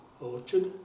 orchard